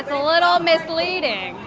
a little misleading.